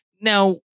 Now